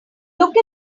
look